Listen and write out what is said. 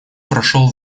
прошел